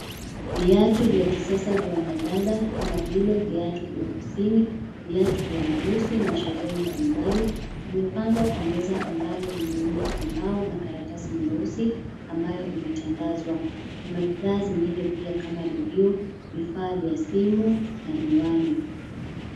Viatu vya kisasa vya wanadada kama vile viatu vya ofisini, viatu vya harusi na sherehe mbalimbali zimepangwa kwa meza ambalo limeundwa kwa mbao na karatasi nyeusi ambayo imetandazwa na bidhaa zingine pia kama redio vifaa vya simu na miwani.